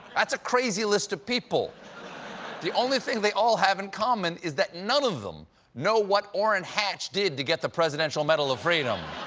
that's a crazy list of people the only thing they all have in common is none of them know what orrin hatch did to get the presidential medal of freedom.